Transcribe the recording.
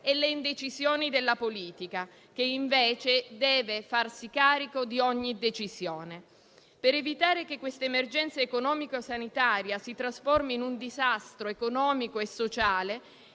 e le indecisioni della politica, che invece deve farsi carico di ogni decisione. Per evitare che questa emergenza economico-sanitaria si trasformi in un disastro economico e sociale